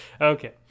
okay